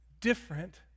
different